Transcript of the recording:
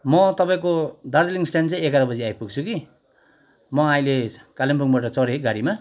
म तपाईँको दार्जिलिङ स्ट्यान्ड चाहिँ एघार बजी आइपुग्छु कि म आअहिले कालेबुङबाट चडेँ है गाडीमा